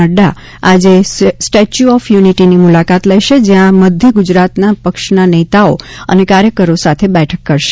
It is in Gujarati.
નક્રા આજે સ્ટેચ્યુ ઓફ યુનિટીની મુલાકાત લેશે જ્યાં મધ્ય ગુજરાતના પક્ષના નેતાઓ અને કાર્યકરો સાથે બેઠક કરશે